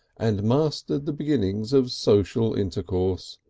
and mastered the beginnings of social intercourse.